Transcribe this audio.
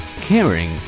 caring